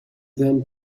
them